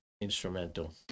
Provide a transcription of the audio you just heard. instrumental